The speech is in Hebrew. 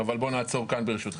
אבל בואו נעצור כאן ברשותכם.